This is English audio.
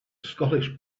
scottish